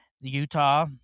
Utah